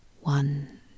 one